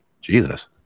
Jesus